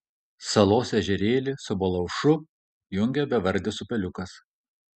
salos ežerėlį su baluošu jungia bevardis upeliukas